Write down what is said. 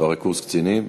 צוערי קורס קצינים,